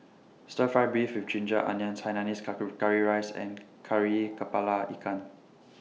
Stir Fry Beef with Ginger Onions Hainanese Curry Rice and Kari Kepala Ikan